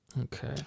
Okay